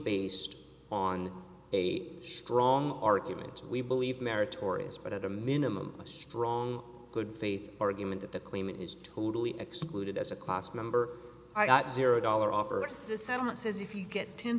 based on a strong argument we believe meritorious but at a minimum a strong good faith argument that the claim is totally excluded as a class member zero dollar offer the settlement says if you get ten